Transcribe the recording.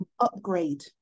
upgrade